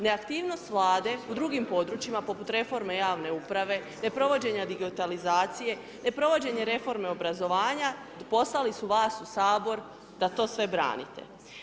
Neaktivnost Vlade u drugim područjima, poput reforme javne uprave, neprovođenja digitalizacije, neprovođenje reforme obrazovanja i poslali su vas u Sabor da to sve branite.